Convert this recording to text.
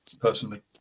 personally